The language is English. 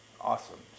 awesome